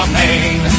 main